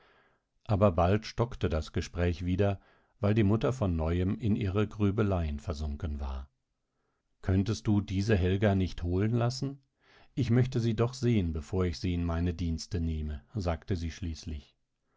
aber bald stockte das gespräch wieder weil die mutter von neuem in ihre grübeleien versunken war könntest du diese helga nicht holen lassen ich möchte sie doch sehen bevor ich sie in meine dienste nehme sagte sie schließlich